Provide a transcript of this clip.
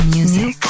Music